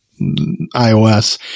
iOS